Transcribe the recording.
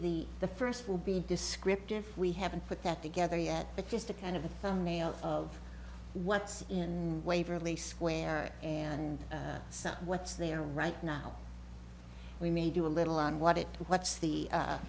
the the first will be descriptive we haven't put that together yet but just a kind of a thumbnail of what's in waverly square and what's there right now we may do a little on what it what's the